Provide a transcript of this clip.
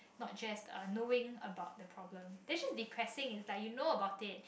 not just uh knowing about the problem that's just depressing is like you know about it